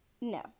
No